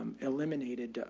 eliminated. ah